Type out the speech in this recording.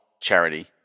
charity